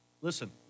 Listen